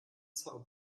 são